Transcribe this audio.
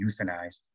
euthanized